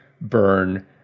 burn